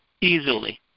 easily